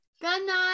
Goodnight